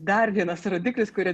dar vienas rodiklis kurio